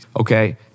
Okay